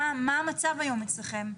מה המצב אצלכם?